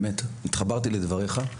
באמת שהתחברתי לדבריך,